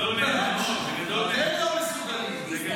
אתם לא מסוגלים.